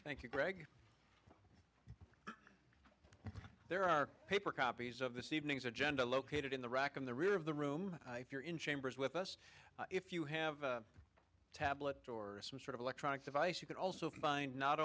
thank you greg there are paper copies of this evening's agenda located in the rack in the rear of the room if you're in chambers with us if you have a tablet or some sort of electronic device you can also find not